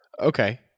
Okay